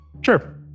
Sure